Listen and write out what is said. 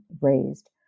raised